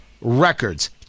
records